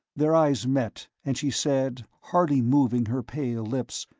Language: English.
their eyes met, and she said, hardly moving her pale lips,